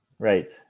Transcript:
right